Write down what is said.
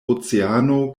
oceano